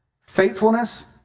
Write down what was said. Faithfulness